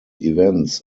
events